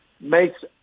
makes